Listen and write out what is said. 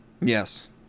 Yes